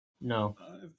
No